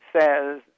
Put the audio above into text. says